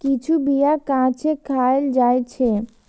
किछु बीया कांचे खाएल जाइ छै